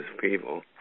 people